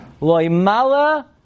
Loimala